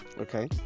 Okay